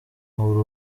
nkabura